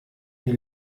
wie